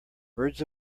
birds